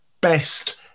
best